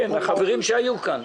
כן, החברים שהיו כאן.